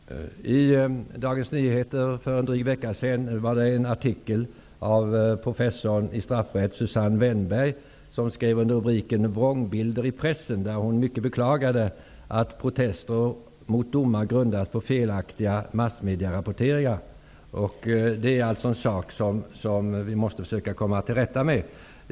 Fru talman! I Dagens Nyheter för en dryg vecka sedan var det en artikel av professorn i straffrätt, Susanne Wennberg. Under rubriken Vrångbilder i pressen beklagade hon mycket att protester mot domar grundas på felaktiga massmedierapporteringar. Det är alltså en sak som vi måste försöka att komma till rätta med.